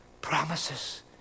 promises